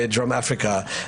בדרום-אפריקה,